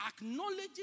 Acknowledging